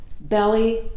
belly